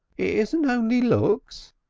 it isn't only looks,